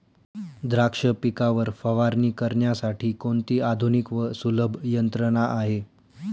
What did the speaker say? द्राक्ष पिकावर फवारणी करण्यासाठी कोणती आधुनिक व सुलभ यंत्रणा आहे?